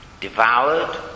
devoured